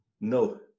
No